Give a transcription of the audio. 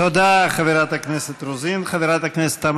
תודה, חברת הכנסת רוזין.